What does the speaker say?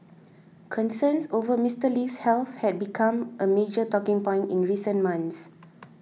concerns over Mister Lee's health had become a major talking point in recent months